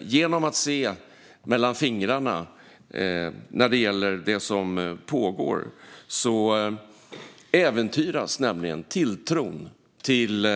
Genom att man ser mellan fingrarna på det som pågår äventyras nämligen tilltron till